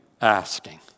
asking